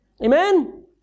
Amen